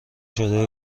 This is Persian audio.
شده